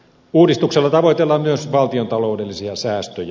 uudistuksella tavoitellaan myös valtiontaloudellisia säästöjä